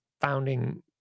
founding